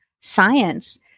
science